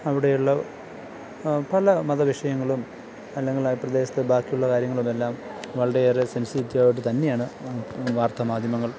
അവിടെയുള്ള പല മത വിഷയങ്ങളും അല്ലെങ്കില് ആ പ്രദേശത്ത് ബാക്കിയുള്ള കാര്യങ്ങളിലെല്ലാം വളരെയേറെ സെന്സിറ്റിയോടു തന്നെയാണ് വാര്ത്താ മാധ്യമങ്ങള്